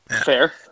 Fair